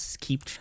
keep